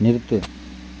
நிறுத்து